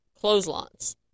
clotheslines